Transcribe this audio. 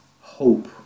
hope